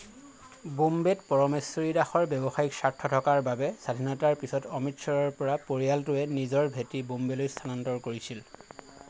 ব'ম্বেত পৰমেশ্বৰী দাসৰ ব্যৱসায়িক স্বাৰ্থ থকাৰ বাবে স্বাধীনতাৰ পিছত অমৃতসৰৰ পৰা পৰিয়ালটোৱে নিজৰ ভেঁটি ব'ম্বেলৈ স্থানান্তৰ কৰিছিল